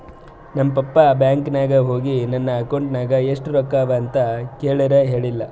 ನಮ್ papa bank ನಾಗ್ ಹೋಗಿ ನನ್ ಅಕೌಂಟ್ ನಾಗ್ ಎಷ್ಟ ರೊಕ್ಕಾ ಅವಾ ಅಂತ್ ಕೇಳುರ್ ಹೇಳಿಲ್ಲ